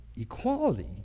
equality